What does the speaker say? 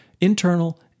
internal